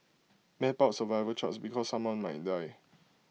map out survival charts because someone might die